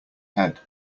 head